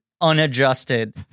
unadjusted